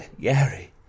Gary